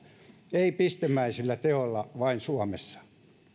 ei pistemäisillä teoilla vain suomessa